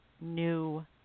new